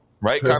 Right